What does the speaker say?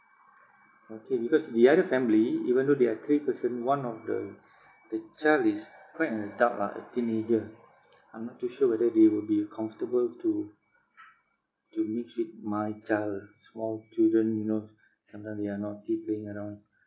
okay because the other family even though there are three person one of the the child is quite an adult lah a teenager I'm not too sure whether they would be comfortable to to mix with my child small children you know sometime they are naughty playing around